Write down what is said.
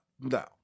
No